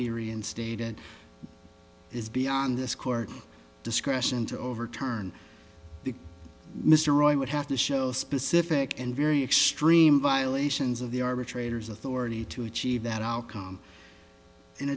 be reinstated is beyond this court discretion to overturn the mr roy would have to show specific and very extreme violations of the arbitrators authority to achieve that outcome in